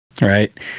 right